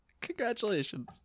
Congratulations